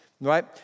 Right